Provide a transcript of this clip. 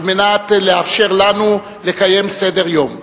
על מנת לאפשר לנו לקיים סדר-יום.